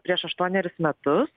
prieš aštuonerius metus